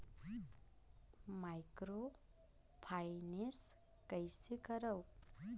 Microfinance कइसे करव?